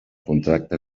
contracte